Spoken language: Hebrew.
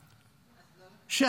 אין ממשלה.